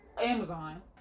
Amazon